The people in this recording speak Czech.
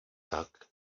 tak